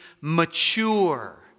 mature